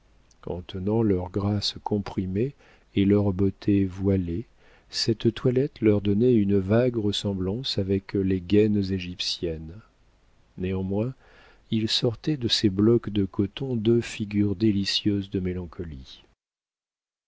tenant leurs grâces comprimées et leurs beautés voilées cette toilette leur donnait une vague ressemblance avec les gaînes égyptiennes néanmoins il sortait de ces blocs de coton deux figures délicieuses de mélancolie